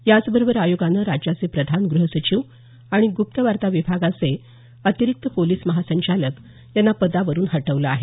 याच बरोबर आयोगानं राज्याचे प्रधान ग्रह सचिव आणि ग्रप्त वार्ता विभाचे अतिरिक्त पोलिस महासंचालकांना पदावरून हटवले आहे